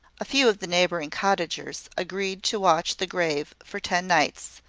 a few of the neighbouring cottagers agreed to watch the grave for ten nights,